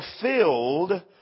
fulfilled